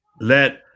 Let